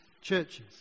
churches